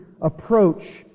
approach